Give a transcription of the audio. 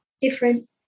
different